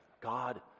God